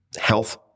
Health